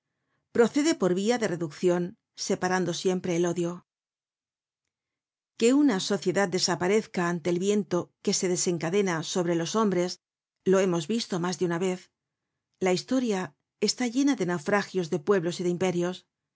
procede por via de reduccion separando siempre el odio que una sociedad desaparezca ante el viento que se desencadena sobre los hombres lo hemos visto mas de una vez la historia está llena de naufragios de pueblos y de imperios